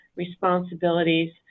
responsibilities